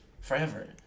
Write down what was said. forever